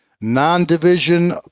non-division